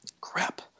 crap